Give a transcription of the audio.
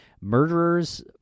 murderers